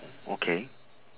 okay